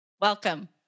welcome